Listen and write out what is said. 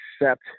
accept